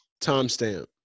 Timestamp